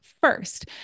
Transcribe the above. first